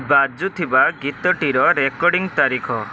ବାଜୁଥିବା ଗୀତଟିର ରେକର୍ଡିଂ ତାରିଖ